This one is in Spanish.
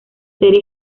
serie